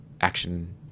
action